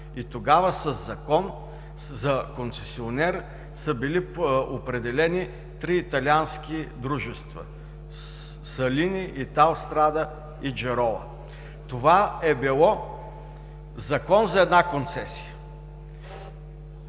Тогава със закон за концесионер са били определени три италиански дружества: „Салини“, „Италстрада“ и „Джарола“. Това е бил закон за една концесия.